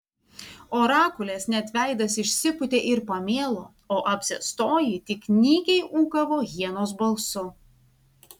orakulės net veidas išsipūtė ir pamėlo o apsėstoji tik nykiai ūkavo hienos balsu